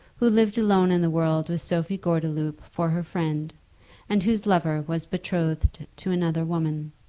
who lived alone in the world with sophie gordeloup for her friend and whose lover was betrothed to another woman.